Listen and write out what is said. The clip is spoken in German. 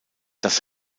das